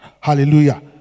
Hallelujah